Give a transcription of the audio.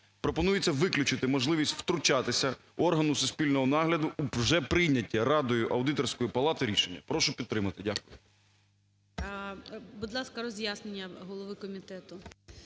пропонується виключити можливість втручатися органу суспільного нагляду у вже прийняті Радою аудиторської палати рішення. Прошу підтримати. Дякую.